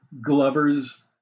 Glover's